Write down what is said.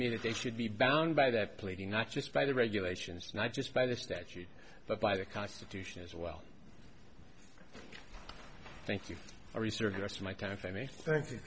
me that they should be bound by that pleading not just by the regulations not just by the statute but by the constitution as well thank you